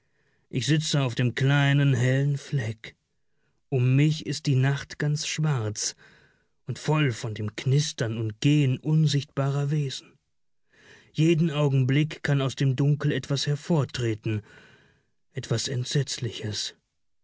ich sitze auf dem kleinen hellen fleck um mich ist die nacht ganz schwarz und voll von dem knistern und gehen unsichtbarer wesen jeden augenblick kann aus dem dunkel etwas hervortreten etwas entsetzliches